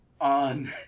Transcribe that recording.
on